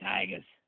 Tigers